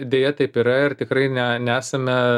deja taip yra ir tikrai ne nesame